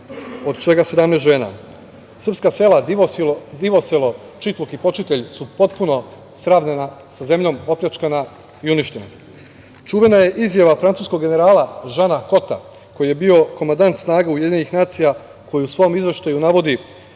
od čega 17 žena. Srpska sela Divoselo, Čitluk i Počitelj su potpuno sravnjena sa zemljom, opljačkana i uništena. Čuvena je izjava francuskog generala Žana Kota, koji je bio komandant snaga UN, koji je u svom izveštaju navodi